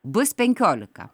bus penkiolika